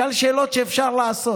שאל שאלות שאפשר לעשות.